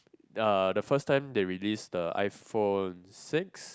uh the first time they release the iPhone six